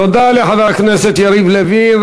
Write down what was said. תודה לחבר הכנסת יריב לוין.